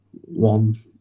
one